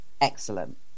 excellent